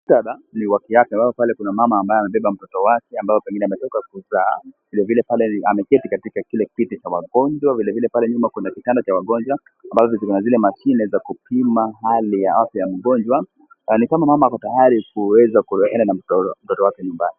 Muktatha ni wa kiafya, unaona pale kuna mama ambaye amebeba mtoto wake, ambao pengine ametoka kuzaa, vile vile pale ameketi kwenye kile kiti cha wagonjwa, vile vile pale nyuma kuna vitanda cha wagonjwa ambavyo kuna zile mashine za kupima hali ya afya ya mgonjwa, aonekana mama ako tayari kuweza kuenda na mto mtoto wake nyumbani.